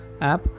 app